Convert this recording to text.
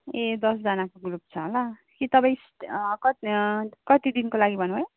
ए दसजनाको ग्रुप छ होला के तपाईँ कत कति दिनको लागि भन्नुभयो